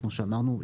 כמו שאמרנו,